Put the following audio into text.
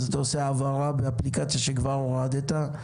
אתה עושה העברה באפליקציה שכבר הורדת,